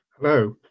Hello